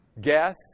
guess